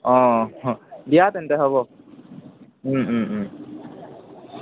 অ দিয়া তেন্তে হ'ব ও ও ও